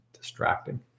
distracting